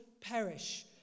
perish